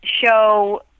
show